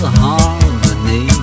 harmony